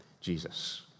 Jesus